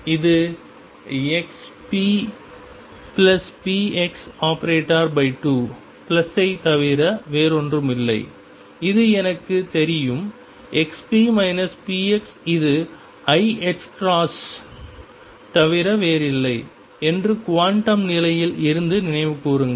இது ⟨xppx⟩2 பிளஸைத் தவிர வேறொன்றுமில்லை என்று எனக்குத் தெரியும் xp px இது iℏ கிராஸ் ஐத் தவிர வேறில்லை என்று குவாண்டம் நிலையில் இருந்து நினைவுகூருங்கள்